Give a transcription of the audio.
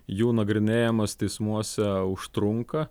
jų nagrinėjamas teismuose užtrunka